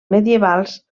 medievals